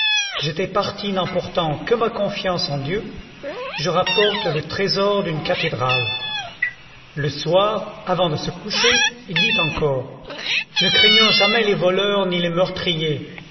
j'étais parti n'emportant que ma confiance en dieu je rapporte le trésor d'une cathédrale le soir avant de se coucher il dit encore ne craignons jamais les voleurs ni les meurtriers